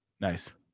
Nice